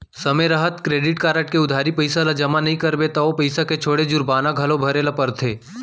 समे रहत credit card के उधारी पइसा ल जमा नइ करबे त ओ पइसा के छोड़े जुरबाना घलौ भरे ल परथे